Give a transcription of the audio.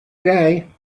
day